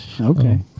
Okay